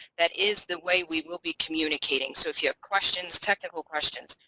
that is the way we will be communicating so if you have questions technical questions,